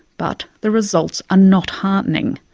but the results are not heartening.